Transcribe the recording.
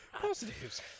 Positives